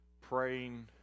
praying